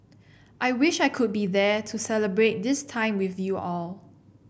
I wish I could be there to celebrate this time with you all